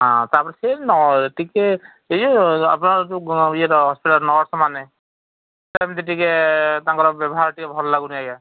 ହଁ ତା'ପରେ ସେ ନ ଟିକେ ଏଇ ଯୋ ଆପଣର ଯେଉଁ ଇଏର ହସ୍ପିଟାଲ୍ ନର୍ସମାନେ ସେମିତି ଟିକେ ତାଙ୍କର ବ୍ୟବହାର ଟିକେ ଭଲ ଲାଗୁନି ଆଜ୍ଞା